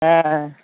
হ্যাঁ হ্যাঁ